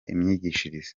imyigishirize